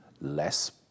less